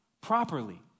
properly